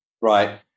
right